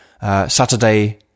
Saturday